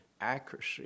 accuracy